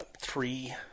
three